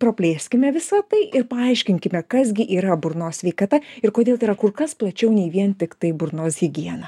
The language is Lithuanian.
praplėskime visą tai ir paaiškinkime kas gi yra burnos sveikata ir kodėl tai yra kur kas plačiau nei vien tiktai burnos higiena